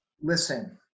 listen